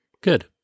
good